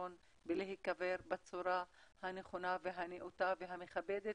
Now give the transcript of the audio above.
האחרון ולהיקבר בצורה הנכונה והנאותה והמכבדת,